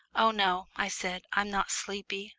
oh no, i said, i'm not sleepy.